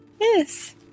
yes